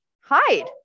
hide